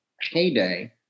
heyday